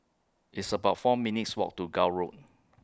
It's about four minutes' Walk to Gul Road